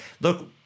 look